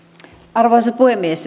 arvoisa puhemies